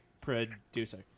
producer